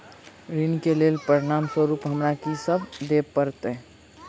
ऋण केँ लेल प्रमाण स्वरूप हमरा की सब देब पड़तय?